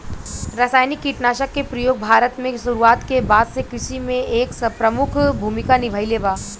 रासायनिक कीटनाशक के प्रयोग भारत में शुरुआत के बाद से कृषि में एक प्रमुख भूमिका निभाइले बा